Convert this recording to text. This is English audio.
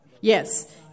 Yes